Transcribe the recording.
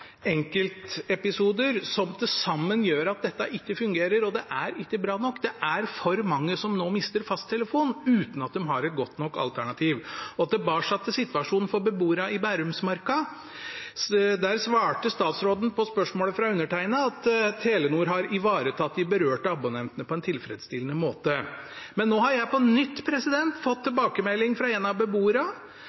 enkeltepisoder som til sammen gjør at dette ikke fungerer, og det er ikke bra nok. Det er for mange som nå mister fasttelefonen uten at de har et godt nok alternativ. Tilbake til situasjonen for beboerne i Bærumsmarka: Der svarte statsråden på spørsmålet fra undertegnede at Telenor har ivaretatt de berørte abonnentene «på en tilfredsstillende måte». Men nå har jeg på nytt fått tilbakemelding fra en av beboerne,